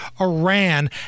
Iran